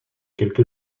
quelque